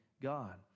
God